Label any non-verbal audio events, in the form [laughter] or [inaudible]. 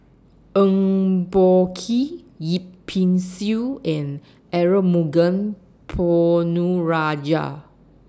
Eng Boh Kee Yip Pin Xiu and Arumugam [noise] Ponnu Rajah